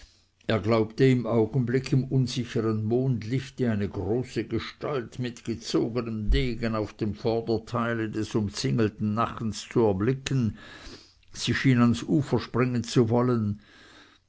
er glaubte einen augenblick im unsichern mondlichte eine große gestalt mit gezogenem degen auf dem vorderteile des umzingelten nachens zu erblicken sie schien ans ufer springen zu wollen